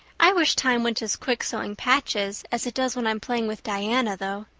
i wish time went as quick sewing patches as it does when i'm playing with diana, though.